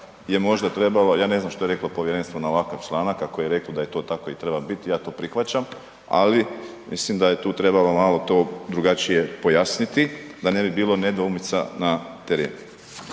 je možda trebala, ja ne znam što je reklo povjerenstvo na ovakav članak, ako je reklo da je to tako i treba biti, ja to prihvaćam, ali mislim da je tu trebalo malo to drugačije pojasniti da ne bi bilo nedoumica na terenu.